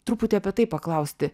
truputį apie tai paklausti